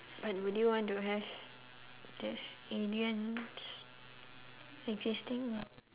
but would you want to have there's aliens exsisting or